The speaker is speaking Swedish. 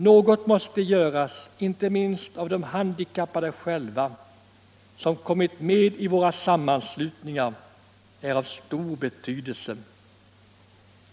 Något måste göras inte minst av de handikappade själva som kommit med i våra sammanslutningar är av stor betydelse.